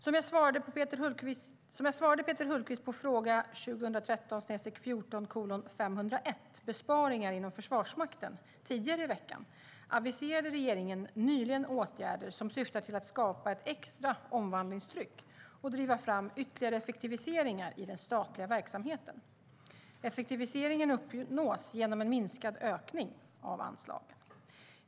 Som jag tidigare i veckan svarade Peter Hultqvist på fråga 2013/14:501 Besparingar inom Försvarsmakten aviserade regeringen nyligen åtgärder som syftar till att skapa ett extra omvandlingstryck och driva fram ytterligare effektiviseringar i den statliga verksamheten. Effektiviseringen uppnås genom en minskad ökning av anslagen.